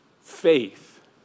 faith